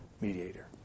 mediator